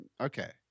okay